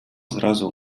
зразу